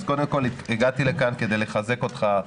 אז קודם כול, הגעתי לכאן כדי לחזק אותך.